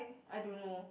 I don't know